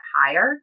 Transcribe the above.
higher